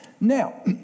Now